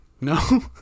No